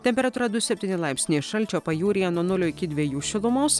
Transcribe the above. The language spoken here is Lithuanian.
temperatūra du septyni laipsniai šalčio pajūryje nuo nulio iki dviejų šilumos